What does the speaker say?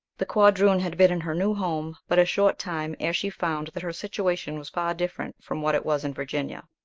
the quadroon had been in her new home but a short time ere she found that her situation was far different from what it was in virginia.